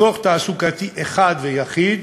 מקור תעסוקתי אחד ויחיד,